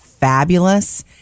fabulous